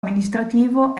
amministrativo